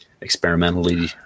experimentally